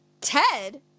Ted